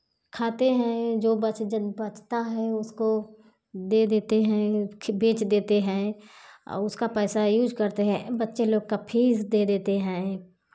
खाते हैं जो बचे बचता है उसको दे देते हैं बेच देते हैं उसका पैसा यूज़ करते हैं बच्चे लोग का फीस दे देते हैं